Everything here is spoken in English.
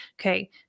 okay